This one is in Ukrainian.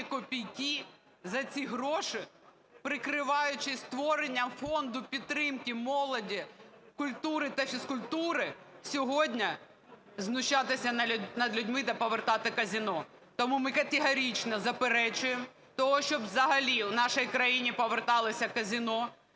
копійки, за ці гроші, прикриваючись створенням Фонду підтримки молоді, культури та фізкультури, сьогодні знущатися над людьми та повертати казино. Тому ми категорично заперечуємо тому, щоб взагалі у нашій країні поверталися казино